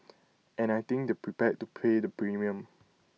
and I think they prepared to pay the premium